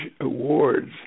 awards